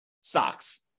stocks